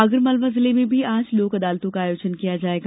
आगरमालवा जिले में भी आज लोक अदालतों का आयोजन किया जायेगा